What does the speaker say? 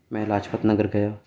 میں لاجپت نگر گیا